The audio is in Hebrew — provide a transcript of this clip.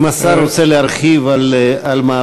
אם השר רוצה להרחיב על מעלותיו,